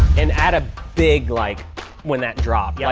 and add a big like when that drops. yeah